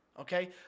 Okay